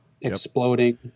exploding